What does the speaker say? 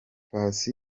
paccy